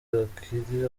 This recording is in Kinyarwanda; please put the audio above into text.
bakiri